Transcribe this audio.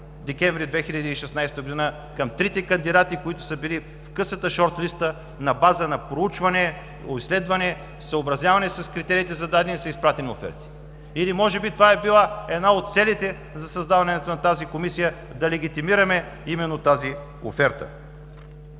декември 2016 г. към тримата кандидати, които са били в късата шортлиста на база на проучване, изследване, съобразяване със зададените критерии, са изпратени оферти? Или може би това е била една от целите за създаването на тази Комисия – да легитимираме именно тази оферта?